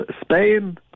Spain